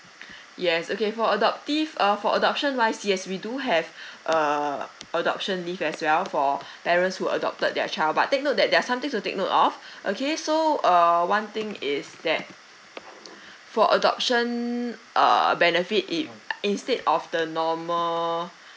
yes okay for adoptive uh for adoption wise yes we do have uh adoption leave as well for parents who adopted their child but take note that there're something to take note of okay so err one thing is that for adoption err benefit in instead of the normal